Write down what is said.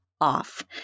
off